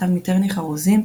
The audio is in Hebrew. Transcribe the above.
כתב מיטרני חרוזים,